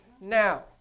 Now